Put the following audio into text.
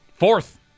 Fourth